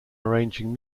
arranging